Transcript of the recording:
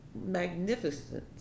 Magnificent